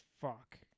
fuck